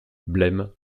blême